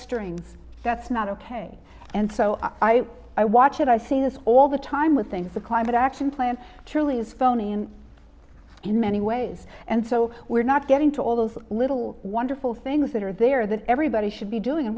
strings that's not ok and so i i i watch and i see this all the time with things the climate action plan truly is phony and in many ways and so we're not getting to all those little wonderful things that are there that everybody should be doing and